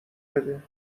بده